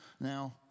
Now